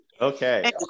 Okay